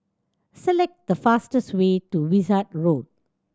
select the fastest way to Wishart Road